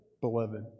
beloved